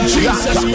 Jesus